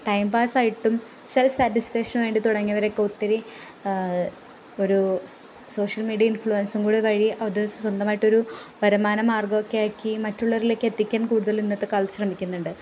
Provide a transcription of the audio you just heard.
time പാസ്സായിട്ടും self സാറ്റിസ്ഫാഷന് വേണ്ടി തുടങ്ങിയവരൊക്കെ ഒത്തിരി ഒരു സോഷ്യൽ മീഡിയ ഇൻഫ്ലുവെൻസും കൂടി വഴി സ്വന്തമായിട്ടൊരു വരുമാന മാർഗ്ഗമൊക്കെ ആക്കി മറ്റുള്ളവരിലേക്ക് എത്തിക്കാൻ കൂടുതൽ ഇന്നത്തെ കാലത്ത് ശ്രമിക്കുന്നുണ്ട്